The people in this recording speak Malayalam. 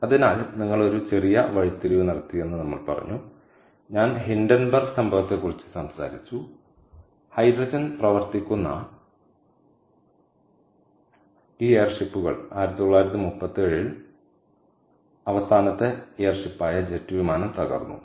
അതിനാൽ നിങ്ങൾ ഒരു ചെറിയ വഴിത്തിരിവ് നടത്തിയെന്ന് നമ്മൾ പറഞ്ഞു ഞാൻ ഹിൻഡൻബർഗ് സംഭവത്തെക്കുറിച്ച് സംസാരിച്ചു ഹൈഡ്രജൻ പ്രവർത്തിക്കുന്ന ഈ എയർഷിപ്പുകൾ 1937 ൽ അവസാനത്തെ എയർ ഷിപ്പായ ജെറ്റ് വിമാനം തകർന്നു